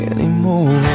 Anymore